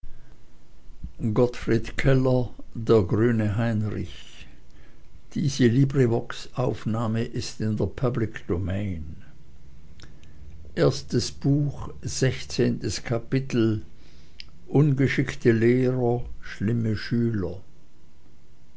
sechzehntes kapitel ungeschickte lehrer schlimme schüler